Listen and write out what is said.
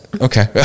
Okay